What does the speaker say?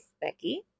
Becky